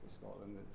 Scotland